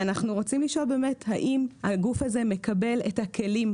ואנחנו רוצים לשאול האם הגוף הזה מקבל את הכלים,